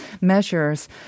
measures